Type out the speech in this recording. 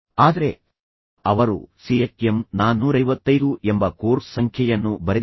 ಆದರೆ ಅವರು CHM 455 ಎಂಬ ಕೋರ್ಸ್ ಸಂಖ್ಯೆಯನ್ನು ಬರೆದಿದ್ದರು